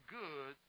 good